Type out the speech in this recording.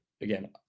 again